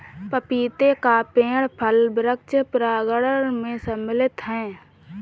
पपीते का पेड़ फल वृक्ष प्रांगण मैं सम्मिलित है